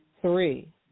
three